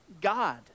God